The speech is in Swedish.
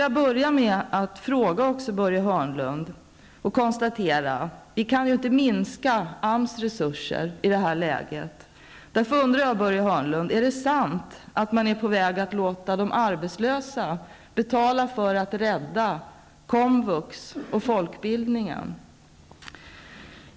Jag konstaterar att vi i det här läget naturligtvis inte kan minska AMS resurser. Därför vill jag börja med att fråga Börje Hörnlund: Är det sant att man är på väg att låta de arbetslösa betala för att rädda komvux och folkbildningen?